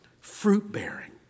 fruit-bearing